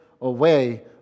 away